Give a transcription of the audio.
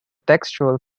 textual